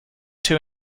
two